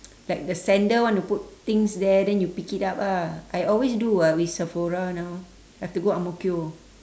like the sender wanna put things there then you pick it up ah I always do [what] with sephora now have to go ang-mo-kio